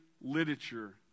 literature